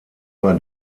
war